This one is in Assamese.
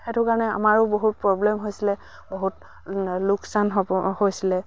সেইটো কাৰণে আমাৰো বহুত প্ৰব্লেম হৈছিলে বহুত লোকচান হৈছিলে